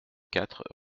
quatre